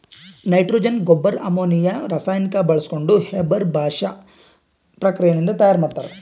nitrogen ಗೊಬ್ಬರ್ ammonia ರಾಸಾಯನಿಕ್ ಬಾಳ್ಸ್ಕೊಂಡ್ ಹೇಬರ್ ಬಾಷ್ ಪ್ರಕ್ರಿಯೆ ನಿಂದ್ ತಯಾರ್ ಮಾಡ್ತರ್